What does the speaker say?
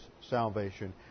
salvation